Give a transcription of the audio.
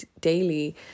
daily